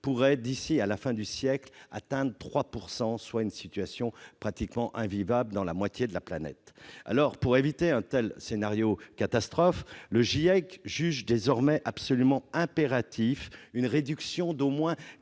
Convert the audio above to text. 3 % d'ici à la fin du siècle, engendrant une situation pratiquement invivable pour la moitié de la planète. Pour éviter un tel scénario catastrophe, le GIEC juge désormais absolument impérative une réduction d'au moins